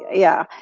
yeah.